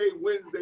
Wednesday